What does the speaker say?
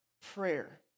prayer